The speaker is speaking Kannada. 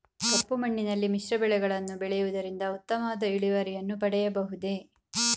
ಕಪ್ಪು ಮಣ್ಣಿನಲ್ಲಿ ಮಿಶ್ರ ಬೆಳೆಗಳನ್ನು ಬೆಳೆಯುವುದರಿಂದ ಉತ್ತಮವಾದ ಇಳುವರಿಯನ್ನು ಪಡೆಯಬಹುದೇ?